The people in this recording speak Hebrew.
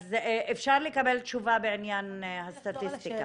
אז אפשר לקבל תשובה בעניין הסטטיסטיקה?